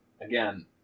again